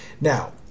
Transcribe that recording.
Now